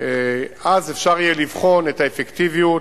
אז אפשר יהיה לבחון את האפקטיביות.